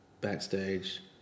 backstage